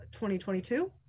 2022